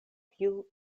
kiu